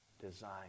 design